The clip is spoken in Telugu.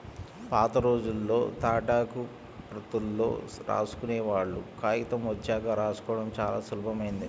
పాతరోజుల్లో తాటాకు ప్రతుల్లో రాసుకునేవాళ్ళు, కాగితం వచ్చాక రాసుకోడం చానా సులభమైంది